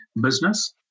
business